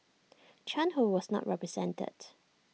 chan who was not represented